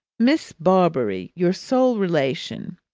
miss barbary, your sole relation